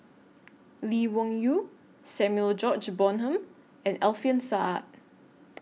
Lee Wung Yew Samuel George Bonham and Alfian Sa'at